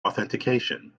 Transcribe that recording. authentication